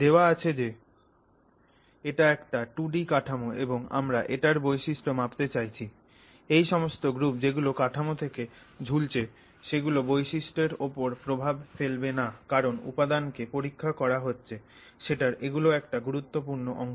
দেওয়া আছে যে এটা একটা 2 ডি কাঠামো এবং আমরা এটার বৈশিষ্ট্য মাপতে চাইছি এই সমস্ত গ্রুপ যেগুলো কাঠামো থেকে ঝুলছে সেগুলো বৈশিষ্ট্যর ওপর প্রভাব ফেলবে কারণ যে উপাদানকে পরীক্ষা করা হচ্ছে সেটার এগুলো একটা গুরুত্বপূর্ণ অংশ